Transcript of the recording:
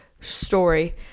story